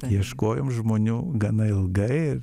ieškojom žmonių gana ilgai ir